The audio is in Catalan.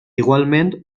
igualment